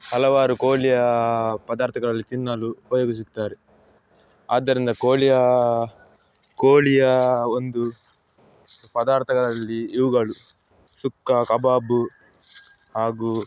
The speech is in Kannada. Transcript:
ಹಲವಾರು ಕೋಳಿಯ ಪದಾರ್ಥಗಳಲ್ಲಿ ತಿನ್ನಲು ಉಪಯೋಗಿಸುತ್ತಾರೆ ಆದ್ದರಿಂದ ಕೋಳಿಯ ಕೋಳಿಯ ಒಂದು ಪದಾರ್ಥಗಳಲ್ಲಿ ಇವುಗಳು ಸುಕ್ಕ ಕಬಾಬ್ ಹಾಗು